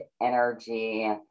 energy